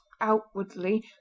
outwardly